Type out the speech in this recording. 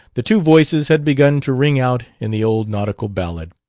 the two voices had begun to ring out in the old nautical ballad.